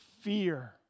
fear